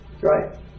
Right